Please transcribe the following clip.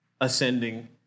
ascending